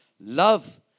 Love